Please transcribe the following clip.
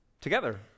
together